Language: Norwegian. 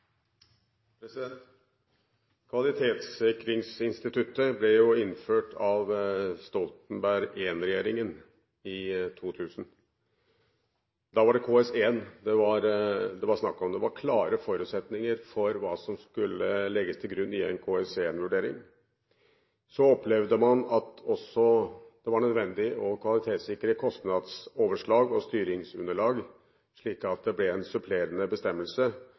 var det KS1 det var snakk om. Det var klare forutsetninger for hva som skulle legges til grunn i en KS1-vurdering. Så opplevde man at det også var nødvendig å kvalitetssikre kostnadsoverslag og styringsunderlag, slik at det ble en supplerende bestemmelse